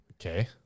Okay